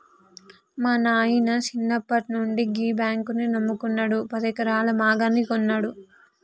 మా నాయిన సిన్నప్పట్నుండి గీ బాంకునే నమ్ముకున్నడు, పదెకరాల మాగాని గొన్నడు